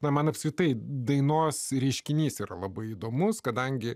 na man apskritai dainos reiškinys yra labai įdomus kadangi